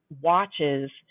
watches